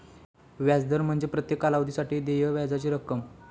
व्याज दर म्हणजे प्रत्येक कालावधीसाठी देय व्याजाची रक्कम